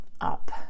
up